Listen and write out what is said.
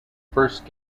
first